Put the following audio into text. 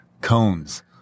cones